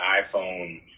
iPhone